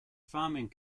farming